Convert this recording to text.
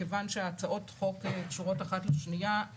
כיוון שהצעות החוק קשורות אחת לשנייה,